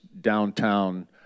downtown